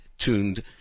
tuned